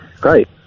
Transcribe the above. Great